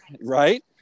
Right